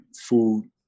food